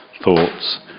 thoughts